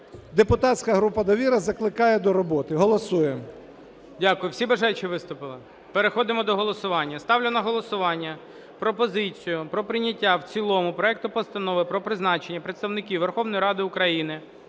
депутатська група "Довіра" закликає до роботи. Голосуємо.